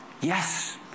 Yes